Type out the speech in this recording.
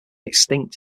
extinct